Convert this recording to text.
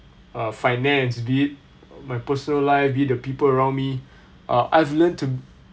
uh finance be it my personal life be it the people around me uh I've learnt to